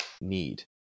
need